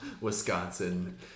Wisconsin